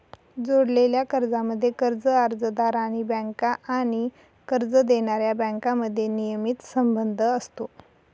जोडलेल्या कर्जांमध्ये, कर्ज अर्जदार आणि बँका आणि कर्ज देणाऱ्या बँकांमध्ये नियमित संबंध असतो